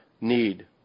need